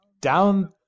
Down